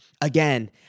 Again